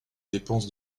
dépenses